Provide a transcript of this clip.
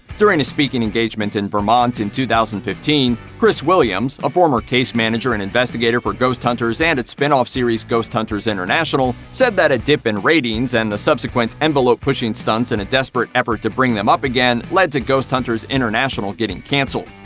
during a speaking engagement in vermont in two thousand and fifteen, kris williams, a former case manager and investigator for ghost hunters and its spin-off series ghost hunters international, said that a dip in ratings, and the subsequent envelope-pushing stunts in a desperate effort to bring them up again, led to ghost hunters international getting cancelled.